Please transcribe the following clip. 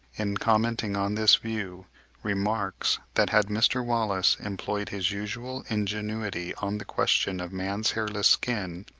in commenting on this view remarks, that had mr. wallace employed his usual ingenuity on the question of man's hairless skin,